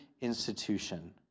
institution